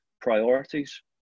priorities